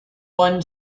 one